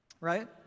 Right